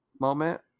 moment